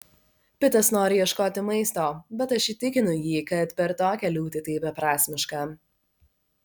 pitas nori ieškoti maisto bet aš įtikinu jį kad per tokią liūtį tai beprasmiška